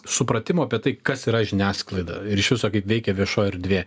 supratimo apie tai kas yra žiniasklaida ir iš viso kaip veikia viešoji erdvė